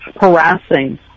harassing